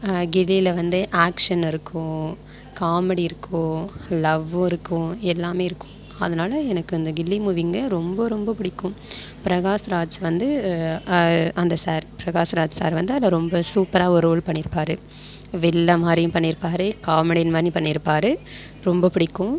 கில்லியில் வந்து ஆக்ஷன் இருக்கும் காமெடி இருக்கும் லவ்வு இருக்கும் எல்லாமே இருக்கும் அதனால் எனக்கு அந்த கில்லி மூவிங்க ரொம்ப ரொம்ப பிடிக்கும் பிரகாஷ் ராஜ் வந்து அந்த சார் பிரகாஷ் ராஜ் சார் வந்து அதை ரொம்ப சூப்பராக ஒரு ரோல் பண்ணியிருப்பாரு வில்லன் மாதிரியும் பண்ணியிருப்பாரு காமெடியன் மாரி பண்ணியிருப்பாரு ரொம்ப பிடிக்கும்